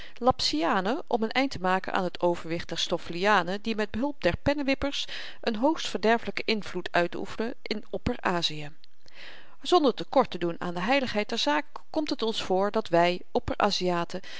lapsianen om n eind te maken aan het overwicht der stoffelianen die met behulp der pennewippers n hoogstverderfelyken invloed uitoefenen in opper azie zonder te kort te doen aan de heiligheid der zaak komt het ons voor dat wy opper aziaten